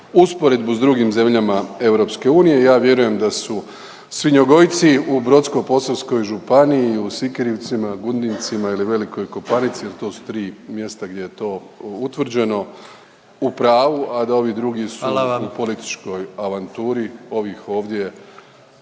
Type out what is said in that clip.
usporedbu s drugim zemljama EU. Ja vjerujem da su svinjogojci u Brodsko-posavskoj županiji i u Sikirevcima, Gunjavcima ili Velikoj Kopamici jer to su tri mjesta gdje je to utvrđeno u pravu, a da ovi drugi su u … …/Upadica predsjednik: Hvala